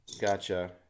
gotcha